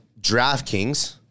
DraftKings